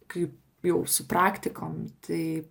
kai jau su praktikom tai